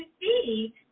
see